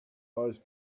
eyes